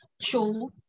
show